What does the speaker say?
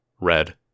red